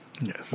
Yes